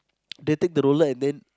they take the roller and then